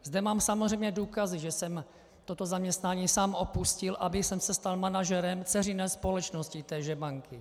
Zde mám samozřejmě důkazy, že jsem toto zaměstnání sám opustil, abych se stal manažerem dceřiné společnosti téže banky.